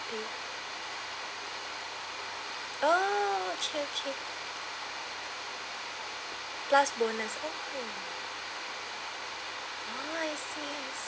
oh okay okay plus bonus okay ah I see